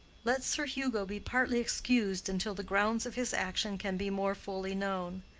let sir hugo be partly excused until the grounds of his action can be more fully known.